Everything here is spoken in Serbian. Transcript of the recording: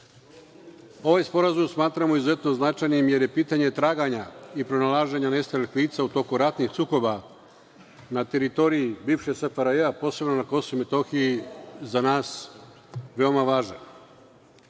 lica. Ovaj sporazum smatramo izuzetno značajnim jer je pitanje traganja i pronalaženja nestalih lica u toku ratnih sukoba na teritoriji bivše SFRJ, a posebno na Kosovu i Metohiji, za nas veoma važno.